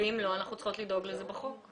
אם לא, אנחנו צריכות לדאוג לזה בחוק.